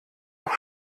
auch